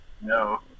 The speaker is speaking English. No